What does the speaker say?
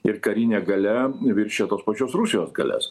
ir karinė galia viršija tos pačios rusijos galias